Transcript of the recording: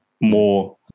more